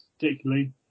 particularly